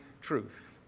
truth